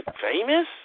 famous